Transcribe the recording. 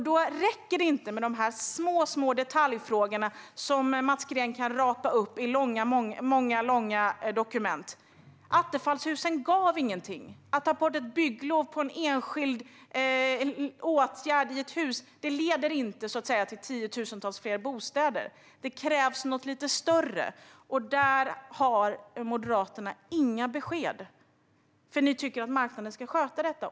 Då räcker det inte med de små detaljfrågor som Mats Green kan rapa upp i många långa dokument. Attefallshusen gav ingenting. Att ta bort ett bygglov på en enskild åtgärd i ett hus leder inte till tiotusentals fler bostäder, utan det krävs något större. Där har Moderaterna inga besked, för man tycker att marknaden ska sköta detta.